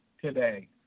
today